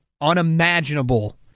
unimaginable